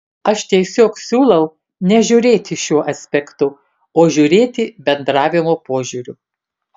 aš tiesiog siūlau nežiūrėti šiuo aspektu o žiūrėti bendravimo požiūriu